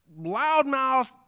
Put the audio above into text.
loudmouth